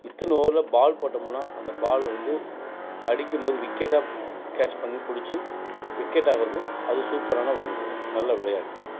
இத்தனை ஓவரில் பால் போட்டோம்னா அந்த பாலை வந்து அடிக்கும்போது விக்கெட்டாக கேட்ச் பண்ணி புடிச்சு விக்கெட் ஆக்குறது அது சூப்பரான ஒரு இது நல்ல விளையாட்டு